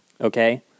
Okay